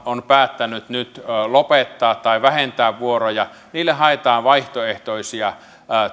on päättänyt nyt lopettaa tai joilta vähentää vuoroja haetaan vaihtoehtoisia